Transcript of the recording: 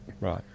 Right